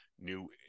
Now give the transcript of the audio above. new